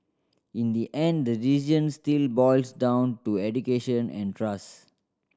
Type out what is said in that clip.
in the end the decision still boils down to education and trust